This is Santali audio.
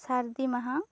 ᱥᱟᱹᱨᱫᱤ ᱢᱟᱦᱟ